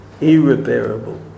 irreparable